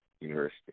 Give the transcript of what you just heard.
University